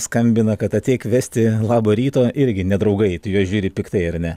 skambina kad ateik vesti labo ryto irgi nedraugai tu į juos žiūri piktai ar ne